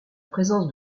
présence